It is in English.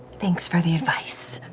thanks for the advice.